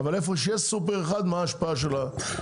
אבל איפה שיש סופר מה ההשפעה של המחיר.